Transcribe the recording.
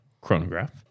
chronograph